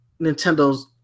Nintendo's